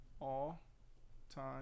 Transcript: all-time